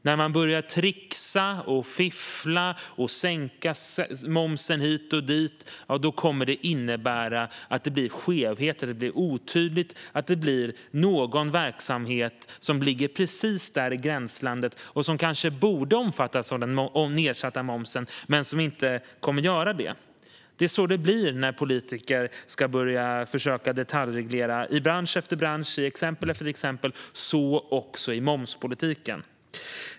När man börjar trixa, fiffla och sänka momsen hit och dit kommer det att innebära att skevheter uppstår och det blir otydligt. Någon verksamhet kommer att ligga precis i gränslandet och borde kanske omfattas av den nedsatta momsen men gör det inte. Så blir det när politiker försöker detaljreglera i bransch efter bransch och i exempel efter exempel - så också i momspolitiken.